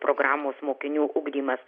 programos mokinių ugdymas